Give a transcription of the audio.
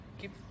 keep